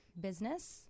business